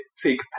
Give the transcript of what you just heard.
fig